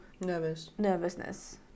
nervousness